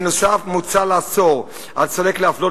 נוסף על כך מוצע לאסור על סולק להפלות